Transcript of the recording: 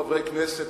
חברי כנסת,